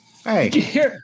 Hey